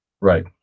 Right